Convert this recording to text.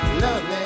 lovely